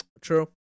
True